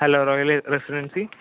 hello royal residency